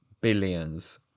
billions